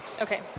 okay